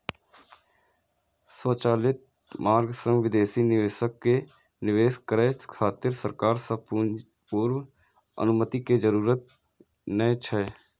स्वचालित मार्ग सं विदेशी निवेशक कें निवेश करै खातिर सरकार सं पूर्व अनुमति के जरूरत नै छै